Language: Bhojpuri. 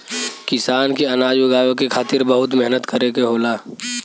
किसान के अनाज उगावे के खातिर बहुत मेहनत करे के होला